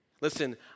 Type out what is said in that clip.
Listen